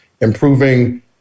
improving